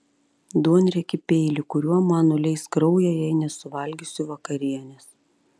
duonriekį peilį kuriuo man nuleis kraują jei nesuvalgysiu vakarienės